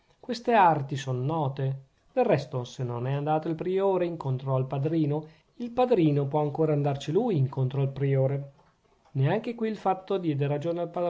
queste arti son note del resto se non è andato il priore incontro al padrino il padrino può ancora andarci lui incontro al priore neanche qui il fatto diede ragione